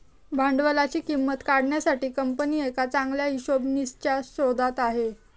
भांडवलाची किंमत काढण्यासाठी कंपनी एका चांगल्या हिशोबनीसच्या शोधात आहे